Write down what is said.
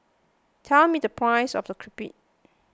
tell me the price of the Crepe